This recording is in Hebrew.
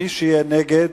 מי שיהיה נגד,